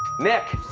nick?